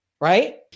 right